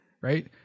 right